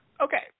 okay